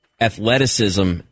athleticism